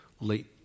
late